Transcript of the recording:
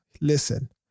Listen